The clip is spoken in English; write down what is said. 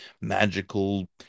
magical